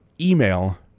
email